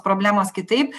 problemos kitaip